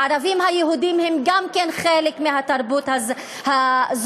הערבים היהודים הם גם כן חלק מהתרבות הזאת,